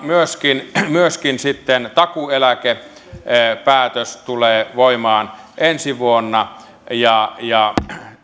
myöskin myöskin sitten takuueläkepäätös tulee voimaan ensi vuonna